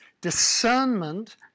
discernment